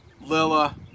lila